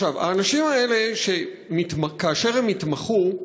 עכשיו, האנשים האלה, כאשר הם יתמחו,